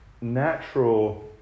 natural